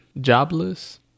jobless